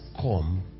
come